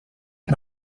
que